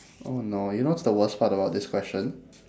oh no you know what's the worst part about this question